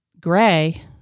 gray